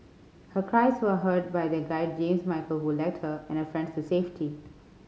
her cries were heard by their guide James Michael who her and her friends to safety